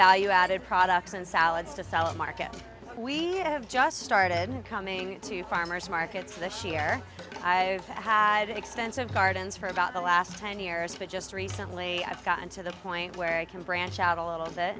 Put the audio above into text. value added products and salads to salad market we have just started coming to farmers markets this year i've had extensive gardens for about the last ten years but just recently i've gotten to the point where i can branch out a little bit